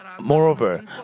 Moreover